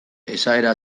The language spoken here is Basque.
esaera